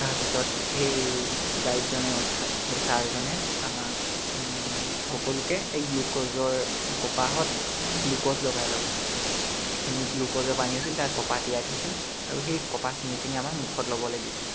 তাৰপিছত সেই গাইডজনে অৰ্থাৎ সেই ছাৰজনে আমাক সকলোকে এই গ্লুক'জৰ কপাহত গ্লুক'জ লগাই লগাই এইখিনি গ্লুক'জৰ পানী আছিল তাত কপাহ তিয়াই থৈছিল আৰু সেই কপাহ ছিঙি ছিঙি আমাক মুখত ল'বলৈ দিছিল